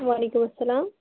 وعلیکُم اسلام